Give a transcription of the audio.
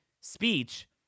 speech